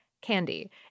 Candy